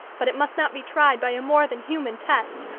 but it must not be tried by a more than human test.